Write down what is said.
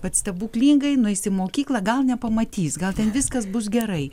vat stebuklingai nueis į mokyklą gal nepamatys gal ten viskas bus gerai